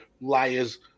liars